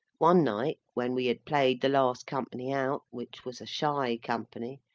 one night, when we had played the last company out, which was a shy company,